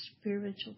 spiritual